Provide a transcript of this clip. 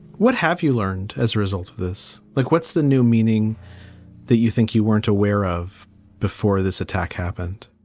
what have you learned as a result of this? like, what's the new meaning that you think you weren't aware of before this attack happened?